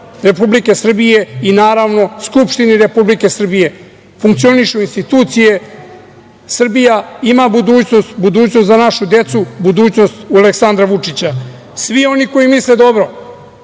Republike Srbije i naravno Skupštini Republike Srbije. Funkcionišu institucije, Srbija ima budućnost, budućnost za našu decu, budućnost u Aleksandra Vučića. Svi oni koji misle dobro,